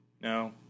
no